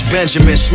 Benjamin